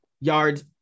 yards